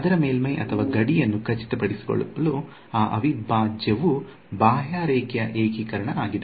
ಅದರ ಮೇಲ್ಮೈ ಅಥವಾ ಗಡಿಯನ್ನು ಖಚಿತಪಡಿಸಿಕೊಳ್ಳಲು ಈ ಅವಿಭಾಜ್ಯವು ಬಾಹ್ಯರೇಖೆಯ ಏಕೀಕರಣ ಆಗಿದೆ